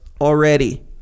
already